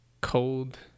cold